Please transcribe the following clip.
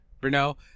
Bruno